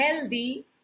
healthy